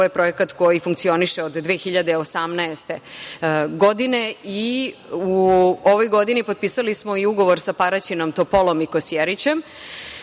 Ovo je projekat koji funkcioniše od 2018. godine i u ovoj godini potpisali smo i ugovor sa Paraćinom, Topolom i Kosjerićem,